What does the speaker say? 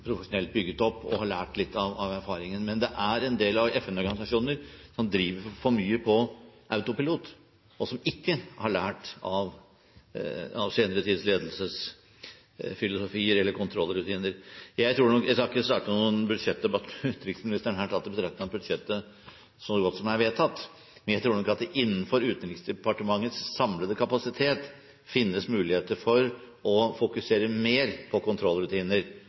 profesjonelt bygget opp – har man lært litt av erfaringen. Men det er en del FN-organisasjoner som driver for mye på autopilot, og som ikke har lært av senere tids ledelsesfilosofier eller kontrollrutiner. Jeg skal ikke starte noen budsjettdebatt med utenriksministeren her, tatt i betraktning at budsjettet er så godt som vedtatt, men jeg tror nok at det innenfor Utenriksdepartementets samlede kapasitet finnes muligheter for å fokusere mer på kontrollrutiner,